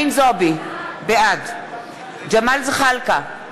בעד ג'מאל זחאלקה,